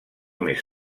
més